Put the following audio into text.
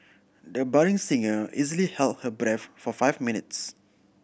the budding singer easily held her breath for five minutes